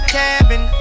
cabin